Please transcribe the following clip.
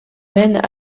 mènent